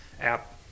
app